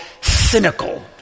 cynical